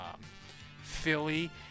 philly